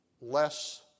less